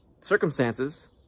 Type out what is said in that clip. circumstances